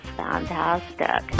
fantastic